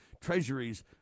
treasuries